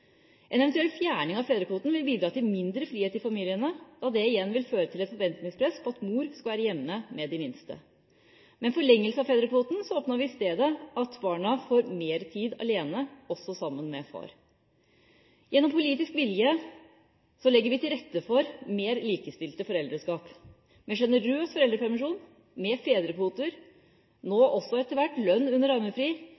En eventuell fjerning av fedrekvoten vil bidra til mindre frihet i familiene, da det igjen vil føre til et forventningspress om at mor skal være hjemme med de minste. Med en forlengelse av foreldrekvoten oppnår vi i stedet at barna får mer tid alene sammen med far. Gjennom politisk vilje legger vi til rette for mer likestilte foreldreskap. Med en sjenerøs foreldrepermisjon, med fedrekvoter,